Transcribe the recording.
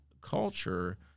culture